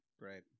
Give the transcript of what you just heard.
Right